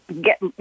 get